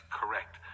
correct